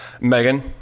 Megan